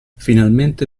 finalmente